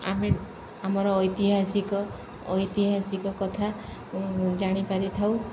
ଆମେ ଆମର ଐତିହାସିକ ଐତିହାସିକ କଥା ଜାଣିପାରିଥାଉ